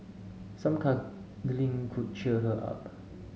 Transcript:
some cuddling could cheer her up